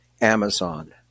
Amazon